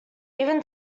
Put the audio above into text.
even